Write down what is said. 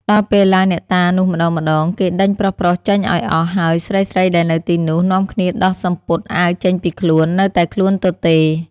ដល់ពេលឡើងអ្នកតានោះម្តងៗ គេដេញប្រុសៗចេញឲ្យអស់ ហើយស្រីៗដែលនៅទីនោះ នាំគ្នាដោះសំពត់អាវចេញពីខ្លួន នៅតែខ្លួនទទេ។